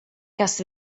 kas